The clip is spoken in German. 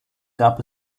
gab